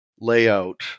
layout